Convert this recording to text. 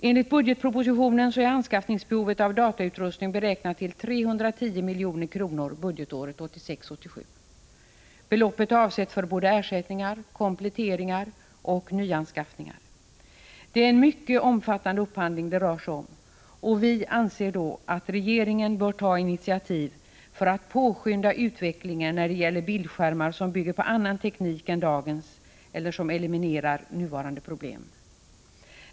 Enligt budgetpropositionen är anskaffningsbehovet när det gäller datautrustning beräknat till 310 milj.kr. för budgetåret 1986/87. Beloppet är avsett för ersättningar, kompletteringar och nyanskaffningar. Det rör sig om en mycket omfattande upphandling. Vi anser därför att regeringen bör ta initiativ till att påskynda utvecklingen när det gäller bildskärmar som bygger på annan teknik än dagens eller som eliminerar nuvarande problem.